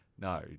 No